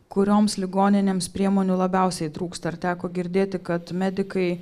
kurioms ligoninėms priemonių labiausiai trūksta ar teko girdėti kad medikai